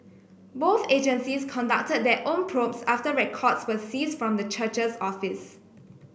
both agencies conducted their own probes after records were seized from the church's office